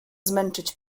zmęczyć